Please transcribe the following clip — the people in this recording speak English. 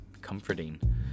comforting